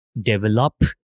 develop